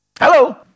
Hello